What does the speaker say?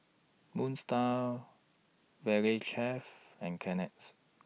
Moon STAR Valley Chef and Kleenex